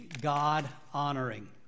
God-honoring